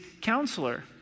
counselor